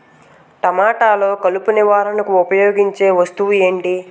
టమాటాలో కలుపు నివారణకు ఉపయోగించే వస్తువు ఏంటి?